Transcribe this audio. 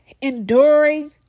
enduring